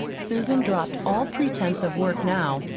susan dropped all pretense of work now,